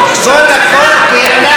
כי אנחנו